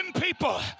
people